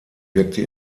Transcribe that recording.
wirkte